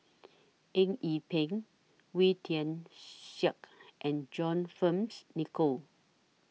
Eng Yee Peng Wee Tian Siak and John Fearns Nicoll